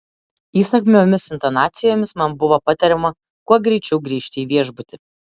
įsakmiomis intonacijomis man buvo patariama kuo greičiau grįžti į viešbutį